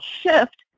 shift